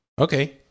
Okay